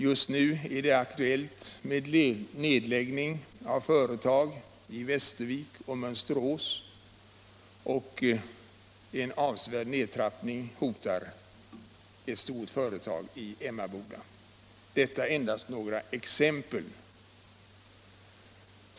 Det är bl.a. aktuellt med nedläggning av företag i både Västervik och Mönsterås, och en avsevärd nedtrappning hotar ett stort företag i Emmaboda. Detta är endast några exempel.